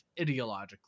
ideologically